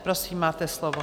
Prosím, máte slovo.